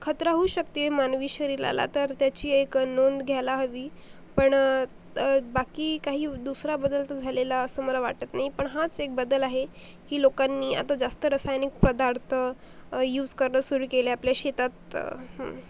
खतरा होऊ शकते मानवी शरीराला तर त्याची एक नोंद घ्यायला हवी पण बाकी काही दुसरा बदल तर झालेला असं मला वाटत नाही पण हाच एक बदल आहे की लोकांनी आता जास्त रासायनिक पदार्थ युज करणं सुरू केले आपल्या शेतात